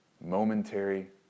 momentary